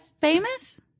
famous